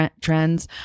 trends